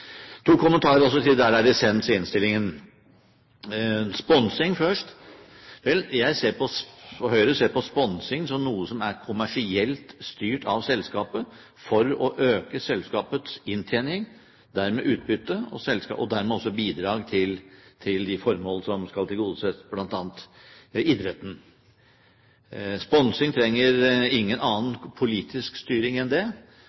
To kommentarer også til der det er dissens i innstillingen, først sponsing. Vel, Høyre og jeg ser på sponsing som noe som er kommersielt styrt av selskapet for å øke selskapets inntjening og dermed utbytte og dermed også bidra til de formål som skal tilgodeses, bl.a. idretten. Sponsing trenger ingen annen politisk styring enn det.